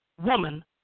woman